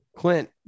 Clint